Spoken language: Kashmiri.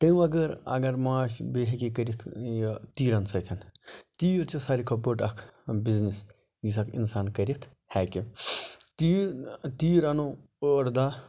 تمہ بَغٲر اگر ماچھ بیٚیہِ ہیٚکہِ یہِ کٔرِتھ یہِ تیٖرَن سۭتۍ تیٖر چھ ساروی کھۄتہ اکھ بوٚڑ اکھ بِزنِس یُس اَکھ اِنسان کٔرِتھ ہیٚکہِ تیٖر تیٖر اَنو ٲٹھ داہہ